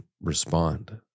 respond